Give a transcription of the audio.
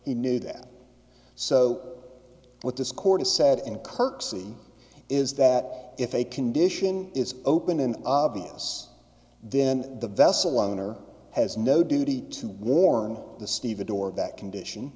he knew that so what discordance said and kirk see is that if a condition is open in obvious then the vessel owner has no duty to warn the stevedore that condition